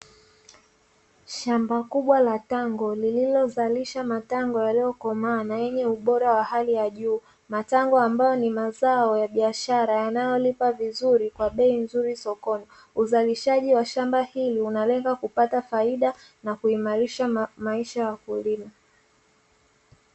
Shamba kubwa la tango lililozalisha matango yaliyokoma na yenye ubora wa hali ya juu. Matango ambayo ni mazao ya biashara yanayolipa vizuri kwa bei nzuri sokoni. Uzalishaji wa shamba hili unalenga kupata faida na kuimarisha maisha ya wakulima.